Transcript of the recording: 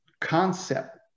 concept